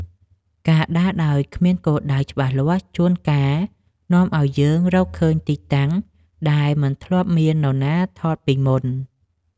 ការដើរដោយគ្មានគោលដៅច្បាស់លាស់ជួនកាលនាំឱ្យយើងរកឃើញទីតាំងដែលមិនធ្លាប់មាននរណាថតពីមុន។